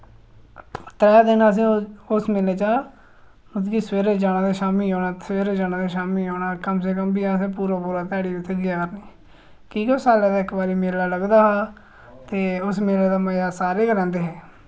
त्रै दिन अस उस मेले चा मतलब कि सवेरै जाना ते शामी औना सवेरै जाना ते शामी औना कम से कम बी असें पूरा पूरा ध्याड़ी उत्थै गुजारनी कि के ओह् साल्ले दा इक बारी मेला लगदा हा ते उस मेले दा मजा सारे गै लैंदे हे